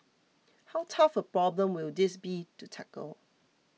how tough a problem will this be to tackle